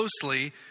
closely